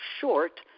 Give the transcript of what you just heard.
short